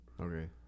Okay